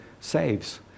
saves